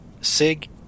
Sig